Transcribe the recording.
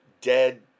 dead